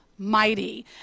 Mighty